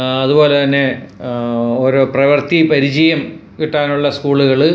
അതുപോലെ തന്നെ ഓരോ പ്രവർത്തി പരിചയം കിട്ടാനുള്ള സ്കൂളുകള്